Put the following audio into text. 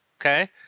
Okay